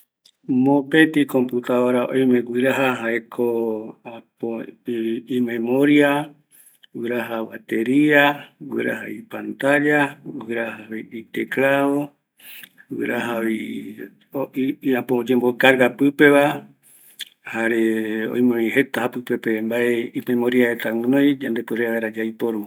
Mopetɨ computadora oime guiraja jaeko, imemoria, guiraja bateria, guiraja ipantalla, iteclado, guirajavi oyembo carga pɨpeva, jare oimevi jeta japɨpe rupi jeta guinoi yande puere vaera yaiporu